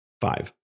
Five